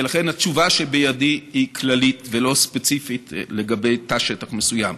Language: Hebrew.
ולכן התשובה שבידי היא כללית ולא ספציפית לגבי תא שטח מסוים.